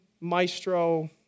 maestro